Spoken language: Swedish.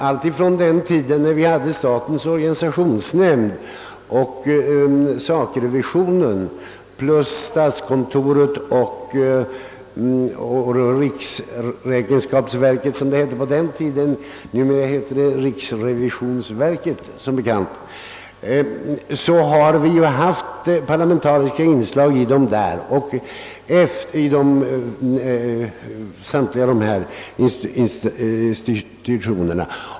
Alltifrån den tid då vi hade statens organisatiönsnämnd och sakrevisionen plus statskontorets och riksräkenskapsverket, som det då hette — numera kallas det som bekant riksrevisionsverket — har vi haft parlamentariska inslag i samtliga dessa institutioner.